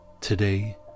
Today